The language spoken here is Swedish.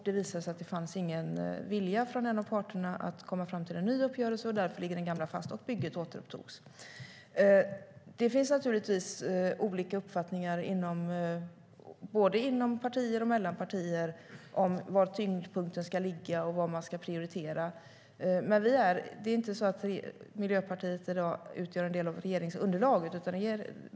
Det visade sig dock att det inte fanns någon vilja från en av parterna att komma fram till en ny uppgörelse, och därför ligger den gamla fast och bygget återupptogs. Det finns naturligtvis olika uppfattningar både inom partier och mellan partier om var tyngdpunkten ska ligga och vad man ska prioritera. Det är heller inte så att Miljöpartiet i dag utgör en del av ett regeringsunderlag.